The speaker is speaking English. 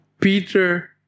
Peter